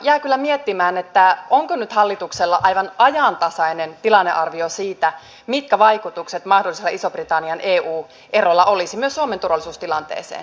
jään kyllä miettimään onko hallituksella nyt aivan ajantasainen tilannearvio siitä mitkä vaikutukset mahdollisella ison britannian eu erolla olisi myös suomen turvallisuustilanteeseen